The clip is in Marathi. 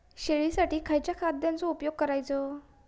शेळीसाठी खयच्या खाद्यांचो उपयोग करायचो?